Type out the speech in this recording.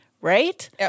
Right